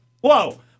Whoa